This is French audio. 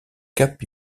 cap